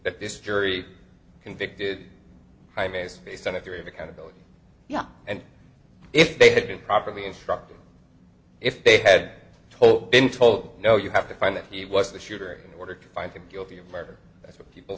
that this jury convicted him based based on a theory of accountability yeah and if they had been properly instructed if they had told him told no you have to find that he was the shooter in order to find him guilty of murder that's what people